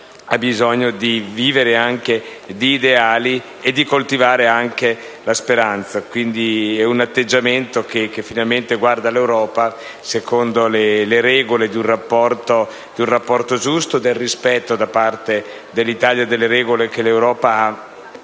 politica, di vivere anche di ideali e di coltivare la speranza. È un atteggiamento che finalmente guarda all'Europa secondo le regole di un rapporto giusto e nel rispetto da parte dell'Italia delle regole che l'Europa